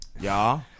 y'all